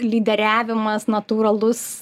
lyderiavimas natūralus